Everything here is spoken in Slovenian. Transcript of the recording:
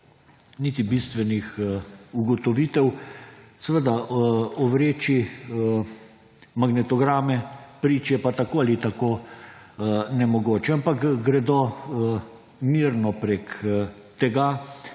niti bistvenih ugotovitev. Seveda ovreči magnetograme, priče pa tako ali tako je nemogoče, ampak gredo mirno preko tega,